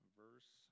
verse